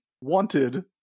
wanted